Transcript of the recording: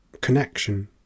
connection